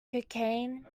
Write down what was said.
cocaine